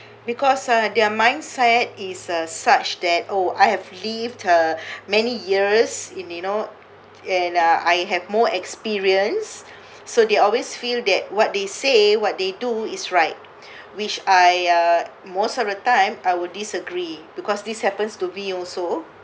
because ah their mindset is a such that oh I have lived uh many years in you know and uh I have more experience so they always feel that what they say what they do is right which I uh most of the time I would disagree because these happens to me also